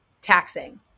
taxing